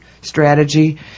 strategy